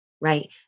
right